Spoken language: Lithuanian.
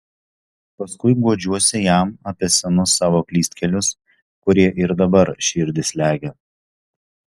paskui guodžiuosi jam apie senus savo klystkelius kurie ir dabar širdį slegia